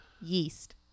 Yeast